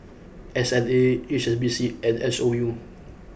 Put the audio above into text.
S L A H S B C and S O U